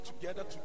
together